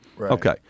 Okay